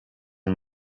and